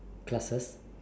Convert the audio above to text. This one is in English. classes